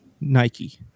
Nike